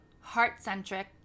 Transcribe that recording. heart-centric